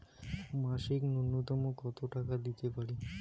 মাসিক নূন্যতম কত টাকা দিতে পারি?